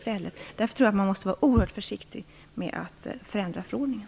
Därför tror jag att man måste vara oerhört försiktig när det gäller att förändra förordningen.